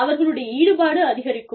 அவர்களுடைய ஈடுபாடு அதிகரிக்கும்